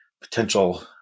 potential